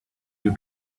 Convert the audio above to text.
you